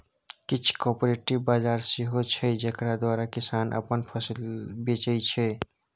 किछ कॉपरेटिव बजार सेहो छै जकरा द्वारा किसान अपन फसिल बेचै छै